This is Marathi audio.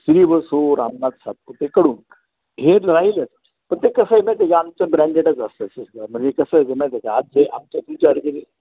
श्री व सौ रामनाथ सातपुतेकडून हे राहीलंच पण ते कसं आहे ना ते आमचं ब्रँडेडच असतं म्हणजे कसं आहे की माहिती आहे आज जे आमच्या तुमच्या सारखे